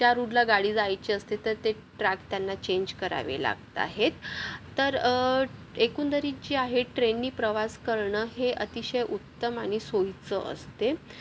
ज्या रूडला गाडी जायची असते तर ते ट्रॅक त्यांना चेंज करावे लागत आहेत तर एकंदरीत जे आहे ट्रेनने प्रवास करणं हे अतिशय उत्तम आणि सोयीचं असते